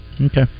Okay